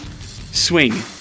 swing